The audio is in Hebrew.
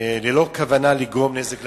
ללא כוונה לגרום נזק לארצות-הברית.